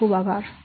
ખુબ ખુબ આભાર